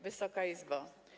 Wysoka Izbo!